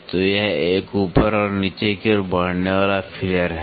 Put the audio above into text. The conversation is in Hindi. तो यह एक ऊपर और नीचे की ओर बढ़ने वाला फीलर है